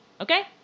Okay